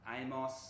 Amos